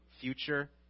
future